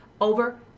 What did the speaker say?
over